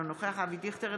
אינו נוכח אבי דיכטר,